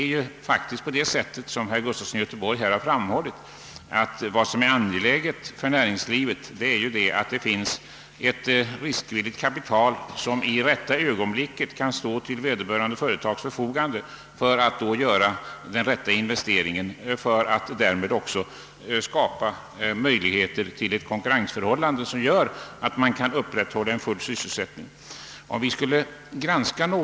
För näringslivet är det angeläget, vilket herr Gustafson i Göteborg har framhållit, att det finns riskvilligt kapital som i rätta ögonblicket kan stå till företagens förfogande för att göra den rätta investeringen och därmed också skapa möjligheter till ett konkurrens förhållande som gör att full sysselsättning kan upprätthållas.